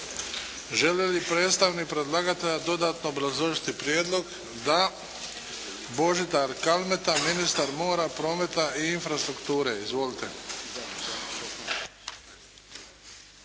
Želi li predstavnik predlagatelja dodatno obrazložiti prijedlog? Da. Božidar Kalmeta, ministar mora, prometa i infrastrukture. Izvolite.